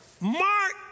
Mark